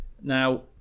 Now